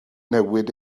newid